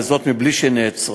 וזאת בלי שנעצרה.